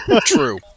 True